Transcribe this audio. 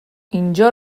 اینجا